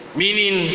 meaning